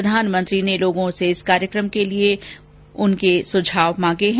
प्रधानमंत्री ने लोगों से इस कार्यक्रम के लिए उनके सुझाव मांगे है